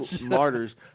martyrs